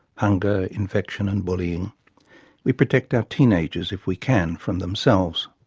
hunger, infection, and bullying we protect our teenagers if we can from themselves.